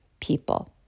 people